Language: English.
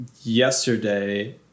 yesterday